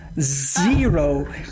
zero